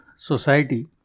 society